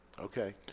Okay